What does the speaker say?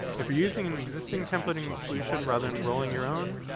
if you're using an existing templating solution rather than rolling your own,